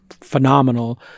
phenomenal